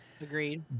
Agreed